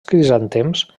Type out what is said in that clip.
crisantems